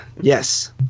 yes